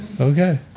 Okay